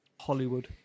Hollywood